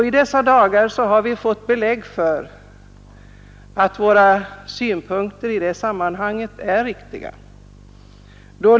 I dessa dagar har vi också fått belägg för att våra synpunkter på utbildningen har varit och är riktiga.